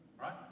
Right